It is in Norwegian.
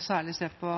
særlig å se på